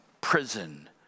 prison